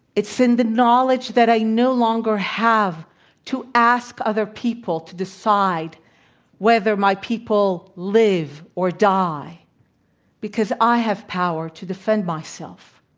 it's in the knowledge that i no longer have to ask people to decide whether my people live or die because i have power to defend myself,